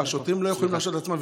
השוטרים לא יכולים להרשות לעצמם,